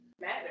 matter